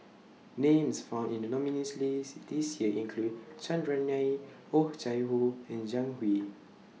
Names found in The nominees' list This Year include Chandran Nair Oh Chai Hoo and Zhang Hui